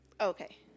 Okay